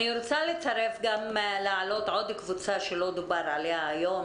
אני רוצה להעלות עוד קבוצה שלא דובר עליה היום,